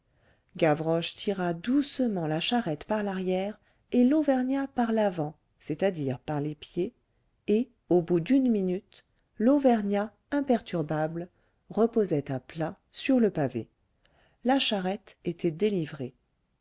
gavroche tira doucement la charrette par l'arrière et l'auvergnat par l'avant c'est-à-dire par les pieds et au bout d'une minute l'auvergnat imperturbable reposait à plat sur le pavé la charrette était délivrée